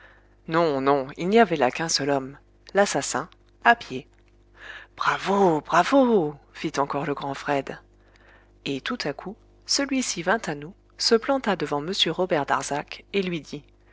non non il n'y avait là qu'un seul homme l'assassin à pied bravo bravo fit encore le grand fred et tout à coup celui-ci vint à nous se planta devant m robert darzac et lui dit